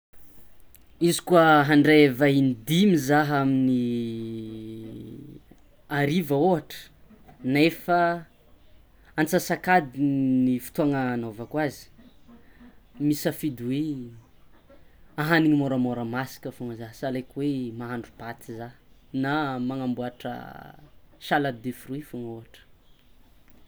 Izy koa andray vahiny dimy zah amin'ny hariva ohatra, nefa antsasakadiny ny fotoagna anaovako azy misafidy hoe ahagniny môramôra masaka fôgna zah mahandro paty zah na magnamboatra salade de fruit fogna ohatra.